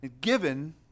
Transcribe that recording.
Given